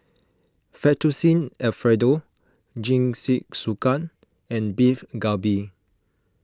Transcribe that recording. Fettuccine Alfredo Jingisukan and Beef Galbi